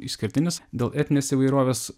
išskirtinis dėl etninės įvairovės